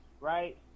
right